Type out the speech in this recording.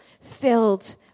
filled